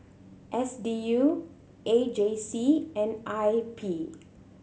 S D U A J C and I P